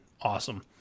awesome